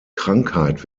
krankheit